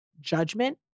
judgment